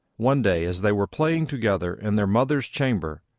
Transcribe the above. one day, as they were playing together in their mother's chamber,